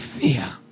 fear